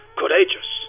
courageous